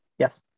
Yes